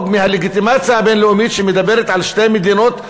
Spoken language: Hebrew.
מהלגיטימציה הבין-לאומית שמדברת על שתי מדינות,